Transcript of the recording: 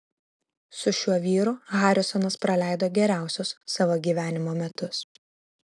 su šiuo vyru harisonas praleido geriausius savo gyvenimo metus